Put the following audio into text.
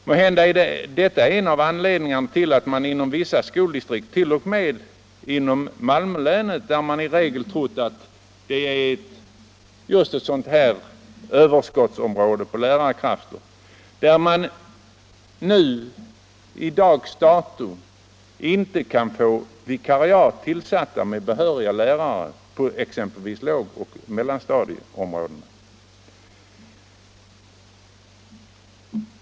Måhända är det sistnämnda en av anledningarna till att man i Malmöhus län, som i allmänhet betraktats som ett område med överskott på lärarkrafter, inte kan få vikariat tillsatta med behöriga lärare på exempelvis lågoch mellanstadiet.